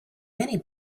many